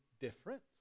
different